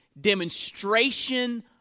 demonstration